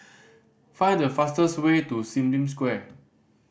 find the fastest way to Sim Lim Square